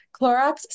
Clorox